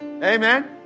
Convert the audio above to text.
Amen